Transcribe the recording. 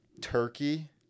Turkey